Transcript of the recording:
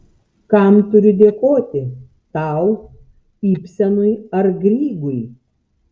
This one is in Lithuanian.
kam turiu dėkoti tau ibsenui ar grygui